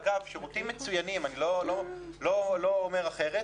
אגב, אלה שירותים מצוינים, אני לא אומר אחרת